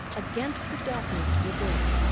against the darkness within,